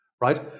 right